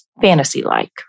fantasy-like